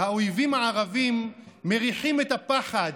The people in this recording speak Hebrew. האויבים הערבים מריחים את הפחד,